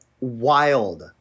wild